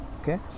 Okay